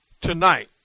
tonight